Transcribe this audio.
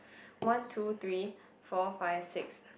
one two three four five six